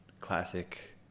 Classic